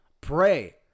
pray